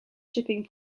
shipping